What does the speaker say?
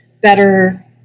better